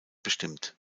bestimmt